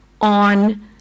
on